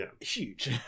huge